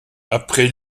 après